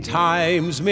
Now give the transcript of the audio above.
times